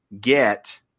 get